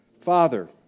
Father